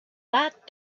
that